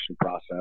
process